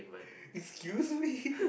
excuse me